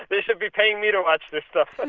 they should be paying me to watch this stuff and